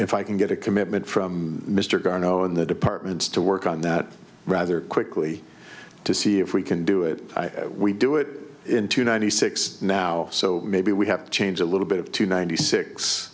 if i can get a commitment from mr garneau and the departments to work on that rather quickly to see if we can do it we do it in two ninety six now so maybe we have to change a little bit of two ninety six